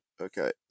okay